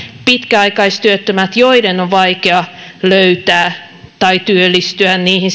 pitkäaikaistyöttömille joiden on vaikea löytää niitä sirpaletöitä tai työllistyä niihin